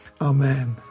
Amen